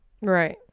Right